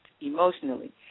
emotionally